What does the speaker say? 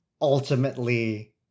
ultimately